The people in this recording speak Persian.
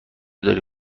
داری